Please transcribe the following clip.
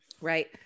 right